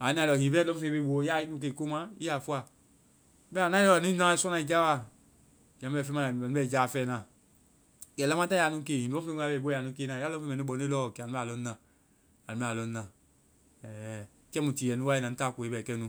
A nae lɔɔ hiŋi pɛ lɔfeŋ be i boo, yaa nu ke ko mu a, i ya fɔa. Bɛma a nae lɔɔ, a leŋnui sɔna i jaa wa. Kɛ anu bɛ sɔ anu bɛ i jaa fɛ na. Kɛ lamataŋ, ya nu ke, hiŋi lɔŋfeŋ wa bɛ i boɔ i bɛ anu kena, ya lɔŋfeŋ mɛ nu bɔŋ lɔɔ, kɛanu bɛ a lɔŋ na-anu bɛ a lɔŋ na. Ɛe. Kɛ mu tiiɛnu anu ta koe bɛ kɛnu.